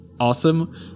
awesome